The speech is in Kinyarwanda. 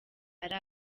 ari